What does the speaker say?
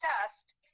test